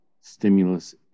stimulus